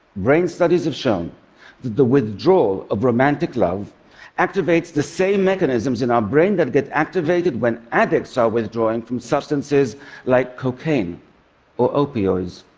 brain studies have shown that the withdrawal of romantic love activates the same mechanisms in our brain that get activated when addicts are withdrawing from substances like cocaine or opioids.